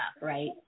right